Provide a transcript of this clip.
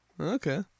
okay